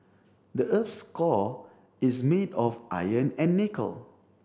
the earth's core is made of iron and nickel